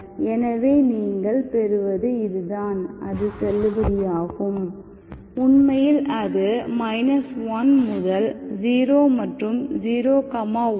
எனவே நீங்கள் பெறுவது இதுதான் அது செல்லுபடியாகும் உண்மையில் அது 1 முதல் 0 மற்றும் 0 1